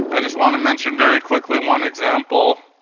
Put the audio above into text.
i just want to mention very quickly one example